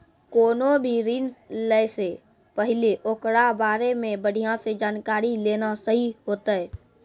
कोनो भी ऋण लै से पहिले ओकरा बारे मे बढ़िया से जानकारी लेना सही होतै